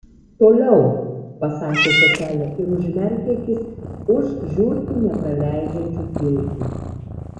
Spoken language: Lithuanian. toliau pasakė seselė ir užmerkė akis už žiurkių nepraleidžiančių filtrų